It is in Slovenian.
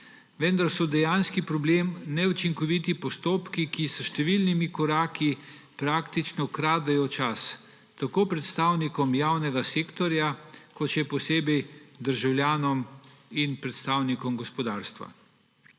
vendar so dejanski problem neučinkoviti postopki, ki s številnimi koraki praktično kradejo čas tako predstavnikom javnega sektorja kot še posebej državljanom in predstavnikom gospodarstva.